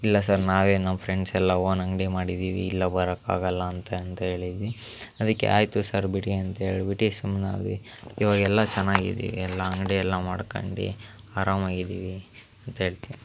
ಇಲ್ಲ ಸರ್ ನಾವೇ ನಮ್ಮ ಫ್ರೆಂಡ್ಸೆಲ್ಲ ಓನ್ ಅಂಗಡಿ ಮಾಡಿದ್ದೀವಿ ಇಲ್ಲ ಬರಕ್ಕಾಗಲ್ಲ ಅಂತ ಅಂತ ಹೇಳಿದ್ವಿ ಅದಕ್ಕೆ ಆಯಿತು ಸರ್ ಬಿಡಿ ಅಂತ ಹೇಳ್ಬಿಟ್ಟು ಸುಮ್ಮನಾದ್ವಿ ಇವಾಗ ಎಲ್ಲ ಚೆನ್ನಾಗಿದೀವಿ ಎಲ್ಲ ಅಂಗಡಿ ಎಲ್ಲ ಮಾಡ್ಕಂಡು ಆರಾಮಾಗಿದ್ದೀವಿ ಅಂತ ಹೇಳ್ತೀನಿ